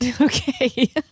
Okay